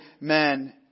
men